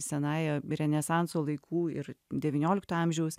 senąja renesanso laikų ir devyniolikto amžiaus